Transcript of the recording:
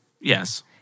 Yes